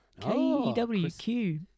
K-E-W-Q